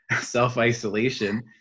self-isolation